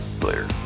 Later